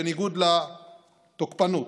בניגוד לתוקפנות.